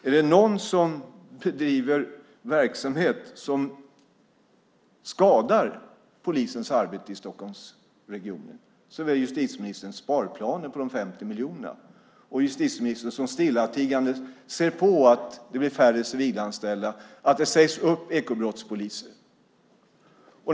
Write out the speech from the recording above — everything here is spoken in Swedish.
Är det någon som bedriver en verksamhet som skadar polisens arbete i Stockholmsregionen är det justitieministern med sina sparplaner - de 50 miljonerna - och justitieministern som stillatigande ser på när det blir färre civilanställda och ekobrottspoliser sägs upp.